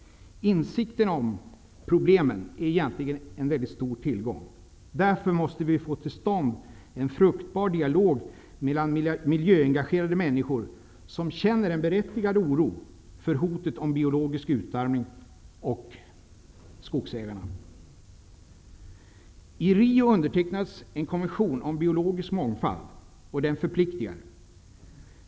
Insikten om problemen är egentligen en väldigt stor tillgång. Därför måste vi få till stånd en fruktbar dialog mellan miljöengagerade människor, som känner en berättigad oro för hotet om biologisk utarmning, och skogsägarna. I Rio undertecknades en konvention om biolgisk mångfald. Den förpliktigar.